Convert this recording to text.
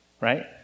right